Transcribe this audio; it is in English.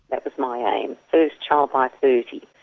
that was my aim first child by thirty.